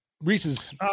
Reese's